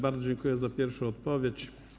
Bardzo dziękuję za pierwszą odpowiedź.